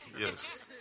Yes